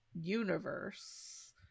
universe